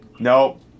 Nope